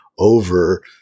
over